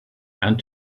and